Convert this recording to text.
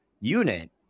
unit